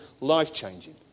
life-changing